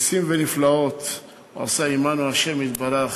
נסים ונפלאות עשה עמנו השם יתברך,